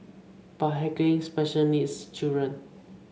but heckling special needs children